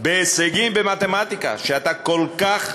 בהישגים במתמטיקה, שאתה כל כך